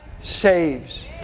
saves